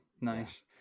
Nice